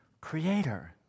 Creator